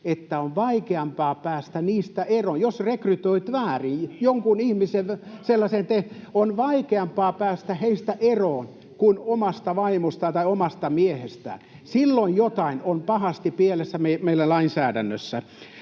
että on vaikeampaa päästä heistä eroon, jos rekrytoit väärin. On vaikeampaa päästä heistä eroon kuin omasta vaimosta tai omasta miehestä — silloin jotain on pahasti pielessä meillä lainsäädännössä.